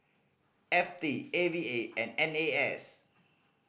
F T A V A and N A S